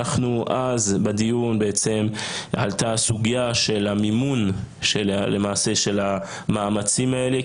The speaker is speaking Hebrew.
בדיון עלתה הסוגיה של המימון של המאמצים האלה,